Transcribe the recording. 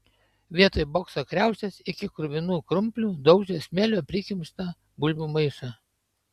vietoj bokso kriaušės iki kruvinų krumplių daužė smėlio prikimštą bulvių maišą